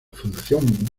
fundación